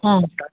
ಹಾಂ